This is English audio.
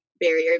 barrier